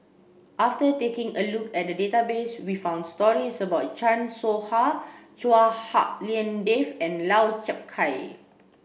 after taking a look at the database we found stories about Chan Soh Ha Chua Hak Lien Dave and Lau Chiap Khai